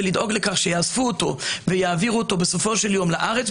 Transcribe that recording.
לדאוג לכך שיאספו אותו ויעבירו אותו בסופו של יום לארץ,